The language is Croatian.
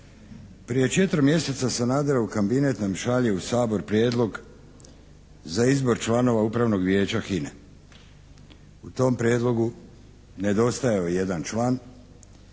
Prije četiri mjeseca Sanaderov kabinet nam šalje u Sabor prijedlog za izbor članova Upravnog vijeća HINA-e. U tom prijedlogu nedostajao je jedan član